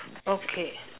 okay